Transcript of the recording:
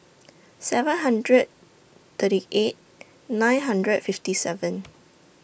seven hundred thirty eight nine hundred fifty seven